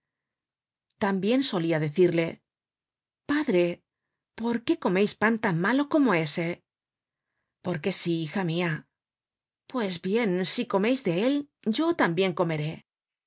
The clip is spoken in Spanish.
tambien solia decirle padre por qué comeis pan tan malo como ese porque fi hija mia pues bien si comeis de él yo tambien comeré